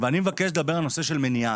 ואני מבקש לדבר על הנושא של מניעה.